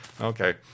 Okay